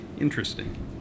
Interesting